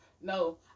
No